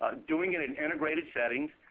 um doing it in integrated settings,